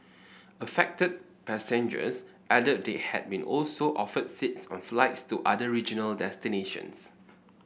affected passengers added they had also been offered seats on flights to other regional destinations